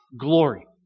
glory